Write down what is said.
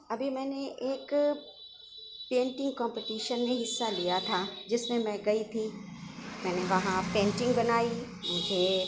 ابھی میں نے ایک پینٹنگ کمپٹیشن میں حصہ لیا تھا جس میں میں گئی تھی میں نے وہاں پیٹنگ بنائی اسے